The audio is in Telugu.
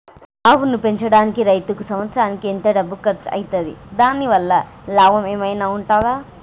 ఆవును పెంచడానికి రైతుకు సంవత్సరానికి ఎంత డబ్బు ఖర్చు అయితది? దాని వల్ల లాభం ఏమన్నా ఉంటుందా?